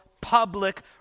public